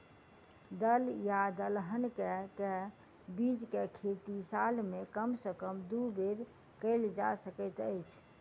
दल या दलहन केँ के बीज केँ खेती साल मे कम सँ कम दु बेर कैल जाय सकैत अछि?